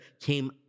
came